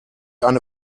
eine